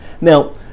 Now